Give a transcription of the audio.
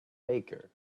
faker